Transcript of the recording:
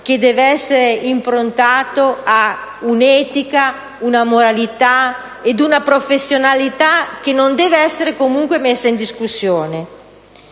che deve essere improntato ad un'etica, ad una moralità e ad una professionalità che non devono essere comunque messe in discussione.